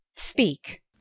speak